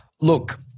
look